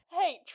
Hey